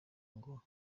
ngo